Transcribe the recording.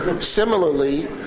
Similarly